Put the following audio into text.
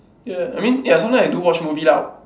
ya I mean ya sometime I do watch movie lah